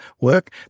work